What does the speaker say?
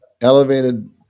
elevated